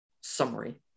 summary